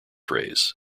rays